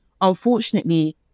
unfortunately